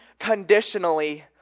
unconditionally